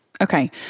Okay